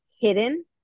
hidden